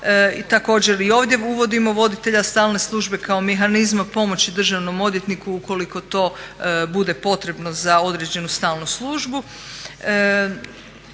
Također i ovdje uvodimo voditelja stalne službe kao mehanizma pomoći državnom odvjetniku ukoliko to bude potrebno za određenu stalnu službu.